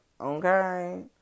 Okay